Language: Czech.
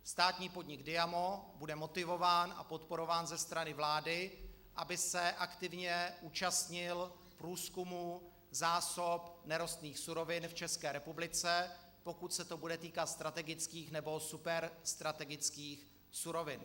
Státní podnik Diamo bude motivován a podporován ze strany vlády, aby se aktivně účastnil průzkumu zásob nerostných surovin v České republice, pokud se to bude týkat strategických nebo superstrategických surovin.